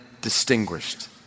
distinguished